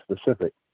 specific